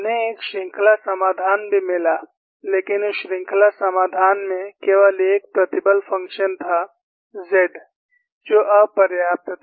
उन्हें एक श्रृंखला समाधान भी मिला लेकिन उस श्रृंखला समाधान में केवल एक प्रतिबल फ़ंक्शन था Z जो अपर्याप्त था